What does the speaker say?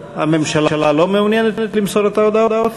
הממשלה לא מעוניינת למסור את ההודעות?